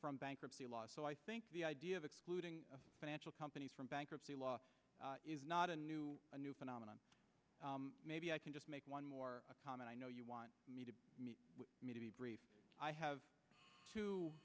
from bankruptcy law so i think the idea of excluding financial companies from bankruptcy law is not a new a new phenomenon maybe i can just make one more comment i know you want me to me to be brief i have two